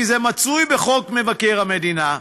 כי זה מצוי בחוק מבקר המדינה,